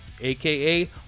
aka